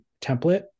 template